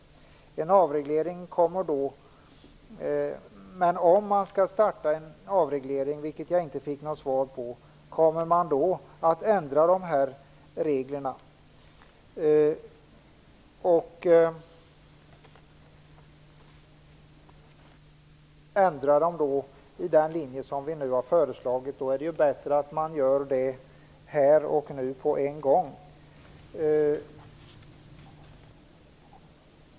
Om man skall starta en avreglering, vilket jag inte fick något besked om, och då kommer att ändra reglerna enligt den linje som vi nu har föreslagit, är det bättre att man gör det här och nu på en gång.